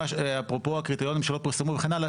אפרופו הקריטריונים שלא פורסמו וכן הלאה,